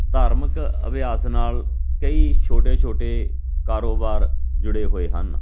ਧਾਰਮਿਕ ਅਭਿਆਸ ਨਾਲ ਕਈ ਛੋਟੇ ਛੋਟੇ ਕਾਰੋਬਾਰ ਜੁੜੇ ਹੋਏ ਹਨ